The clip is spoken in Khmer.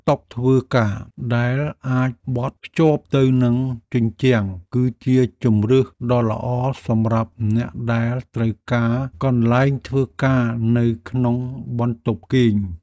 តុធ្វើការដែលអាចបត់ភ្ជាប់ទៅនឹងជញ្ជាំងគឺជាជម្រើសដ៏ល្អសម្រាប់អ្នកដែលត្រូវការកន្លែងធ្វើការនៅក្នុងបន្ទប់គេង។